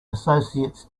associates